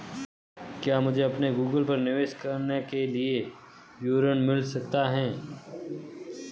क्या मुझे अपने गूगल पे निवेश के लिए विवरण मिल सकता है?